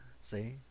see